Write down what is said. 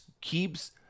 keeps